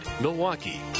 Milwaukee